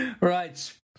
Right